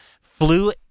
flew